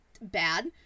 bad